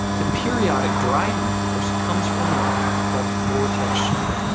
the periodic driving force comes from an effect called vortex shedding.